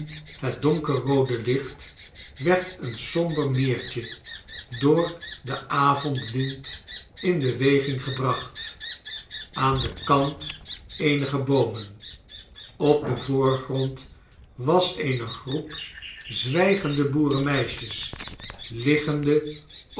het donkerroode licht werd een somber meertje door den avondwind in beweging gebracht aan den kant eenige boomen op den voorgrond was eene groep zwijgende boerenmeisjes liggende